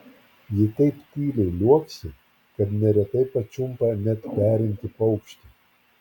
ji taip tyliai liuoksi kad neretai pačiumpa net perintį paukštį